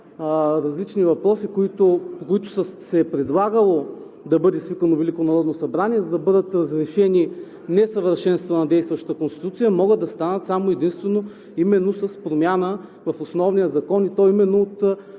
различни въпроси, по които се е предлагало да бъде свикано Велико народно събрание, за да бъдат разрешени несъвършенства на действащата Конституция, могат да станат само и единствено именно с промяна в основния закон, и то именно от